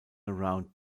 around